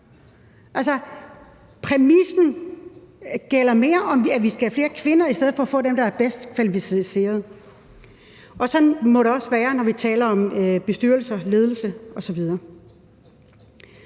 præmissen handler mere om, at vi skal have flere kvinder i stedet for at få dem, der er bedst kvalificeret. Sådan må det også være, når vi taler om bestyrelser, ledelse osv.